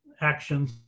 actions